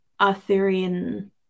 Arthurian